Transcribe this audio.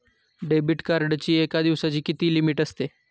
Debit कार्डची एका दिवसाची किती लिमिट असते?